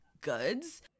goods